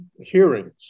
hearings